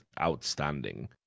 outstanding